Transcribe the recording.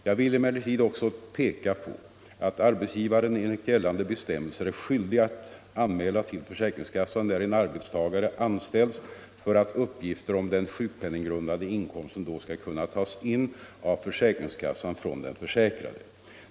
Jag vill emellertid också peka på att arbetsgivaren enligt gällande bestämmelser är skyldig att anmäla till försäkringskassan när en arbetstagare anställs för att uppgifter om den sjukpenninggrundande inkomsten då skall kunna tas in av försäkringskassan från den försäkrade.